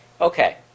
Okay